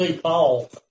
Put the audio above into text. Paul